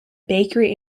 bakery